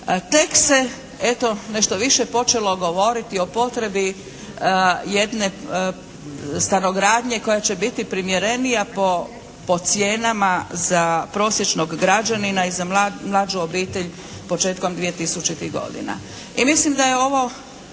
Tek se eto nešto više počelo govoriti o potrebi jedne stanogradnje koja će biti primjerenija po cijenama za prosječnog građanina i za mlađu obitelj početkom 2000.-tih godina.